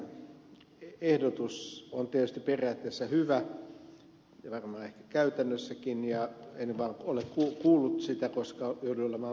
lepän ehdotus on tietysti periaatteessa hyvä ja varmaan ehkä käytännössäkin ja en vaan ole kuullut sitä koska jouduin olemaan toisaalla